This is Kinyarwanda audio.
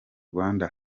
rwanda